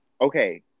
okay